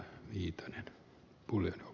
arvoisa puhemies